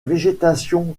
végétation